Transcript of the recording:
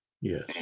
yes